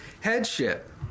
headship